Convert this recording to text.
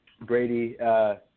Brady –